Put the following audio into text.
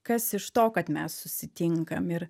kas iš to kad mes susitinkam ir